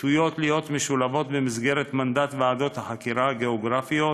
וצפויות להיות משולבות במסגרת מנדט ועדות החקירה הגיאוגרפיות